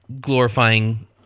glorifying